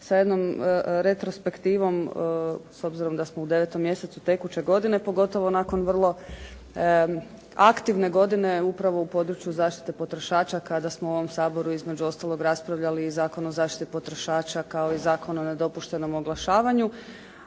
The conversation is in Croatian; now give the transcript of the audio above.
sa jednom retrospektivom s obzirom da smo u devetom mjesecu tekuće godine, pogotovo nakon vrlo aktivne godine upravo u području zaštite potrošača kada smo u ovom Saboru između ostalog raspravljali i Zakon o zaštiti potrošača kao i Zakon o nedopuštenom oglašavanju